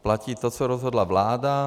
Platí to, co rozhodla vláda.